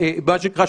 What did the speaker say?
מה שנקרא,